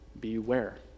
beware